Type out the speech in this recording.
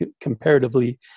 comparatively